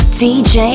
dj